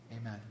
Amen